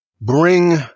bring